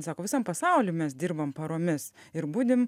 sako visam pasauly mes dirbam paromis ir budim